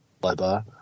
Bye-bye